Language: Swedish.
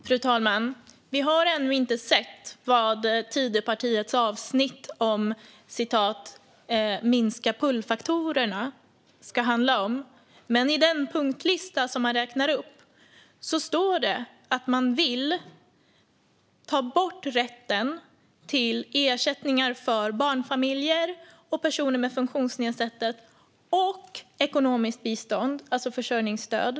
Fru talman! Vi har ännu inte sett vad Tidöavtalets avsnitt om att minska pullfaktorerna ska handla om. Men i den punktlista som man räknar upp står det att man vill ta bort rätten till ersättningar för barnfamiljer och personer med funktionsnedsättning samt ekonomiskt bistånd, det vill säga försörjningsstöd.